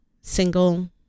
single